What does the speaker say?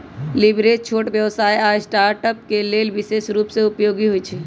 leverage छोट व्यवसाय आऽ स्टार्टअप्स के लेल विशेष रूप से उपयोगी होइ छइ